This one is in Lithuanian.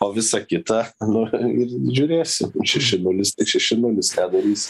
o visa kita nu ir žiūrėsim šeši nulis šeši nulis ką darysi